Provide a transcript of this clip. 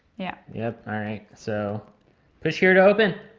yeah yeah alright so push here to open.